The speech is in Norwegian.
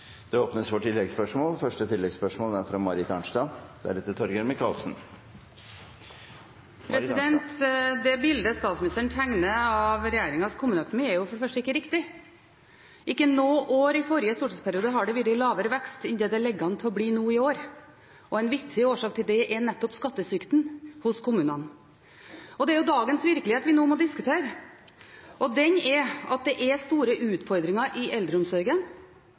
Det åpnes for oppfølgingsspørsmål – først Marit Arnstad. Det bildet statsministeren tegner av regjeringens kommuneøkonomi, er for det første ikke riktig. Ikke noe år i forrige stortingsperiode har det vært lavere vekst enn det det ligger an til å bli nå i år, og en viktig årsak til det er nettopp skattesvikten hos kommunene. Det er dagens virkelighet vi nå må diskutere. Den er at det er store utfordringer i eldreomsorgen,